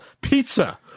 pizza